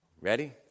ready